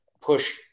push